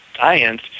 science